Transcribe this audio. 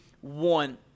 one